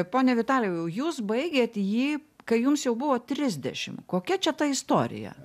pone vitalijau jūs baigėt jį kai jums jau buvo trisdešimt kokia čia ta istorija